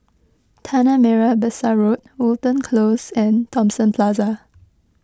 Tanah Merah Besar Road Wilton Close and Thomson Plaza